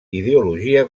ideologia